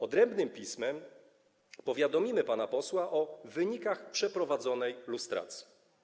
Odrębnym pismem powiadomimy pana posła o wynikach przeprowadzonej lustracji”